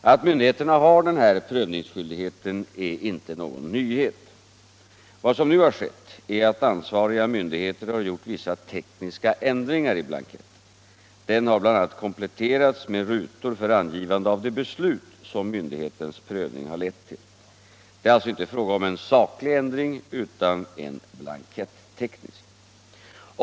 Att myndigheterna har denna prövningsskyldighet är inte någon nyhet. Vad som nu har skett är att ansvariga myndigheter har gjort vissa tekniska ändringar i blanketten. Den har bl.a. kompletterats med rutor för angivande av det beslut som myndighetens prövning har lett till. Det är alltså inte fråga om en saklig ändring utan en blanketteknisk.